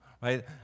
right